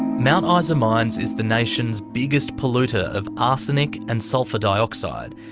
mount ah isa mines is the nation's biggest polluter of arsenic and sulphur dioxide,